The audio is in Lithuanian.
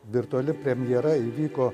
virtuali premjera įvyko